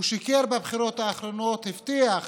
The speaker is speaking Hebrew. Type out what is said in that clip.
הוא שיקר בבחירות האחרונות, הבטיח